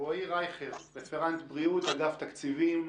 רועי רייכר, רפרנט בריאות באגף התקציבים,